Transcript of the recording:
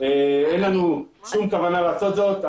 אין לנו שום כוונה לעשות זאת.